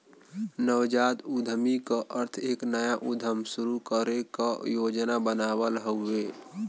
नवजात उद्यमी क अर्थ एक नया उद्यम शुरू करे क योजना बनावल हउवे